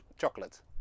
chocolate